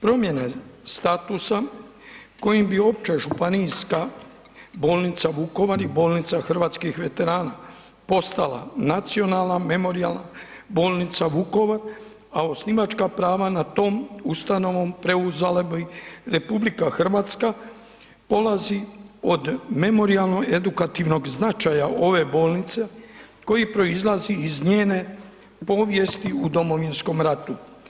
Promjene statusa kojim bi Opća županijska bolnica Vukovar i bolnica Hrvatskih veterana postala Nacionalna memorijalna bolnica Vukovar, a osnivačka prava nad tom ustanovom preuzela bi RH, polazi od memorijalno edukativnog značaja ove bolnice koji proizlazi iz njene povijesti u Domovinskom ratu.